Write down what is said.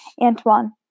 Antoine